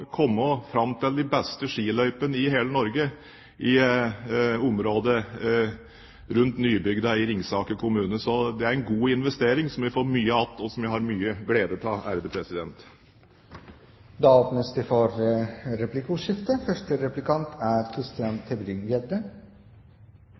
komme fram til de beste skiløypene i hele Norge, området rundt Nybygda i Ringsaker kommune. Det er en god investering der jeg får mye tilbake, og som jeg får mye glede av. Det blir replikkordskifte. Jeg er